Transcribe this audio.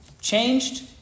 Changed